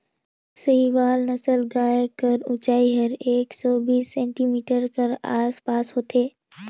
साहीवाल नसल गाय कर ऊंचाई हर एक सौ बीस सेमी कर आस पास होथे